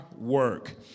work